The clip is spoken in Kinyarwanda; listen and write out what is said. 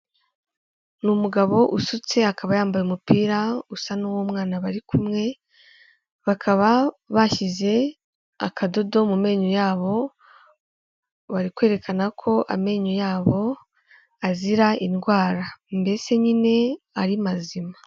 Ni umugabo usutse akaba yambaye umupira usa n'uwo umwana bari kumwe, bakaba bashyize akadodo mu menyo yabo, bari kwerekana ko amenyo yabo azira indwara mbese nyine ari mazima.